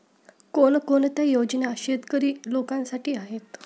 कोणकोणत्या योजना शेतकरी लोकांसाठी आहेत?